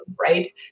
right